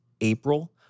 April